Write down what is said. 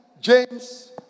James